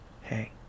Hey